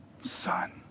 son